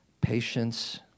patience